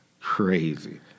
crazy